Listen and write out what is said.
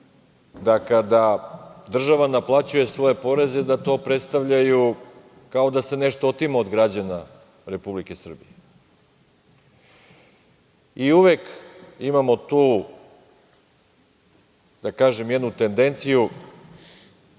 da kada država naplaćuje svoje poreze to predstavljaju kao da se nešto otima od građana Republike Srbije. Uvek imamo tu jednu tendenciju,